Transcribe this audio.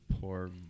poor